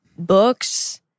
Books